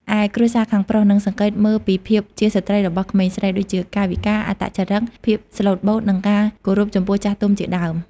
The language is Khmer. ឯគ្រួសារខាងប្រុស នឹងសង្កេតមើលពីភាពជាស្ត្រីរបស់ក្មេងស្រី ដូចជាកាយវិការ អត្តចរឹក ភាពស្លូតបូត និងការគោរពចំពោះចាស់ទុំជាដើម។